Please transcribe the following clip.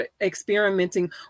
experimenting